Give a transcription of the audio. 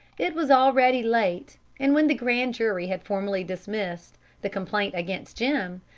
it was already late, and when the grand jury had formally dismissed the complaint against jim,